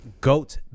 goat